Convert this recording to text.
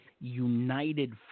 united